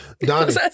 Donnie